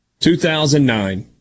2009